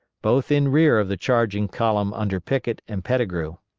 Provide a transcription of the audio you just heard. both in rear of the charging column under pickett and pettigrew.